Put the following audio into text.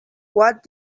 what